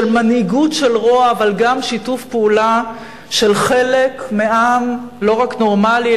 של מנהיגות של רוע אבל גם שיתוף פעולה של חלק מעם לא רק נורמלי,